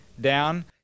down